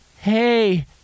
Hey